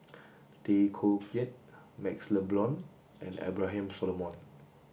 Tay Koh Yat MaxLe Blond and Abraham Solomon